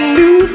new